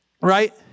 Right